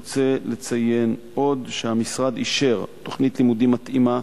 רוצה לציין עוד שהמשרד אישר תוכנית לימוד מתאימה